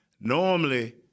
normally